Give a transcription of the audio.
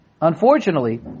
Unfortunately